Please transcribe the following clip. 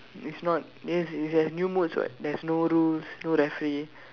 it's not yes is there's new modes what there's no rules no referee